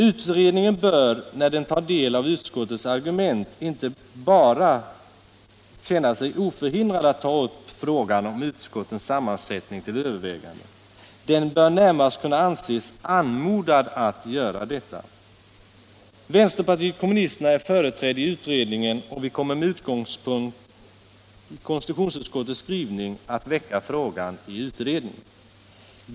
Utredningen bör, när den tar del av utskottets argument, inte bara känna sig oförhindrad att ta frågan om utskottens sammansättning till övervägande, utan den bör närmast kunna anses anmodad att göra detta. Vänsterpartiet kommunisterna är företrätt i utredningen, och vi kommer med utgångspunkt i konstitutionsutskottets skrivning att väcka frågan i utredningen.